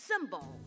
symbol